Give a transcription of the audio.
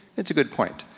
it's a good point.